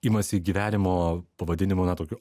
imasi gyvenimo pavadinimu na tokiu